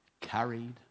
carried